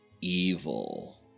Evil